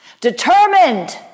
determined